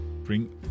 Bring